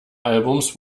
albums